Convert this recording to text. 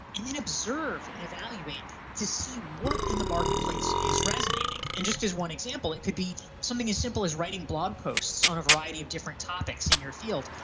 observe and evaluate to see what in the marketplace is resonating, and just as one example it could be something as simple as writing blog posts on a variety of different topics in your field,